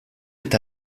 est